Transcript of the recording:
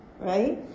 right